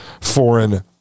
foreign